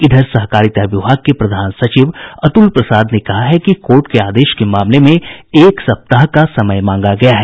इधर सहकारिता विभाग के प्रधान सचिव अतुल प्रसाद ने कहा है कि कोर्ट के आदेश के मामले में एक सप्ताह का समय मांगा गया है